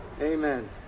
Amen